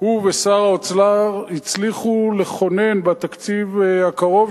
הוא ושר האוצר הצליחו לכונן בתקציב הקרוב,